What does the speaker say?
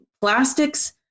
plastics